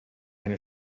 eine